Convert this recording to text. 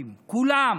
עולים, כולם.